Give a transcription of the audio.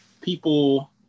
people